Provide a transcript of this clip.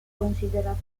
considerato